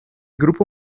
grupo